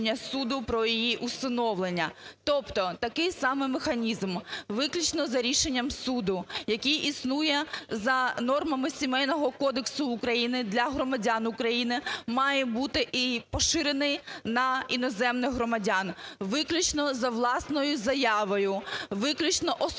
виключно за рішення суду, який існує за нормами Сімейного кодексу України для громадян України, має бути і поширений на іноземних громадян. Виключно за власною заявою, виключно особистим